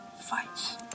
fights